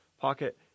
pocket